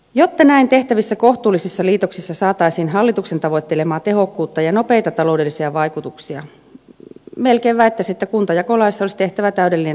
jotta näin tehtävissä kohtuullisissa liitoksissa saataisiin hallituksen tavoittelemaa tehokkuutta ja nopeita taloudellisia vaikutuksia melkein väittäisin että kuntajakolaissa olisi tehtävä täydellinen takinkäännös